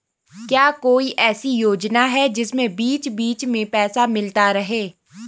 क्या कोई ऐसी योजना है जिसमें बीच बीच में पैसा मिलता रहे?